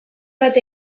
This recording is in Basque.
bat